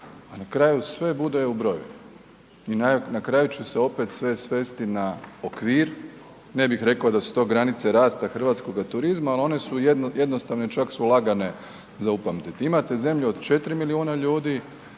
a na kraju sve bude u brojevima. I na kraju će se sve svesti na okvir, ne bih rekao da su to granice rasta hrvatskoga turizma ali one su jednostavne, čak su lagane za upamtiti. Imate zemlju od 4 milijuna ljudi